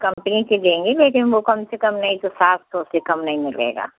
company की देंगे लेकिन वो कम से कम नहीं तो सात सौ से कम नहीं मिलेगा